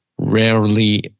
Rarely